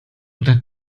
dein